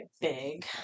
big